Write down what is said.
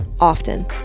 often